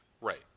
Right